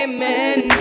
Amen